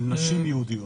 של נשים יהודיות.